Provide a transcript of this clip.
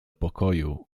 pokoju